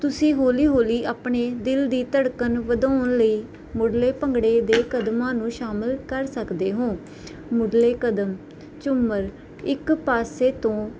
ਤੁਸੀਂ ਹੌਲੀ ਹੌਲੀ ਆਪਣੇ ਦਿਲ ਦੀ ਧੜਕਨ ਨੂੰ ਵਧਾਉਣ ਲਈ ਮੁੱਢਲੇ ਭੰਗੜੇ ਦੇ ਕਦਮਾਂ ਨੂੰ ਸ਼ਾਮਿਲ ਕਰ ਸਕਦੇ ਹੋ ਮੁੱਢਲੇ ਕਦਮ ਝੂਮਰ ਇੱਕ ਪਾਸੇ ਤੋਂ